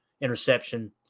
interception